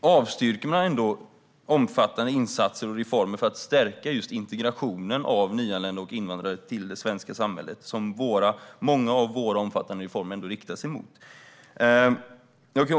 avstyrker de ändå omfattande insatser och reformer som har som syfte att stärka integrationen av nyanlända och invandrare i det svenska samhället. Många av våra omfattande reformer är riktade mot detta.